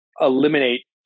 eliminate